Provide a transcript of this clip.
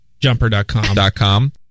Jumper.com